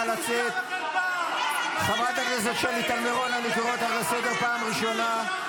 אני קורא אותך לסדר פעם שלישית,